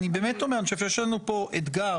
אני באמת חושב שיש לנו פה אתגר.